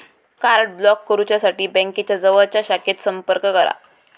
card block करुसाठी बँकेच्या जवळच्या शाखेत संपर्क करा